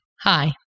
Hi